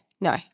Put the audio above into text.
no